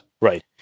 Right